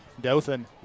dothan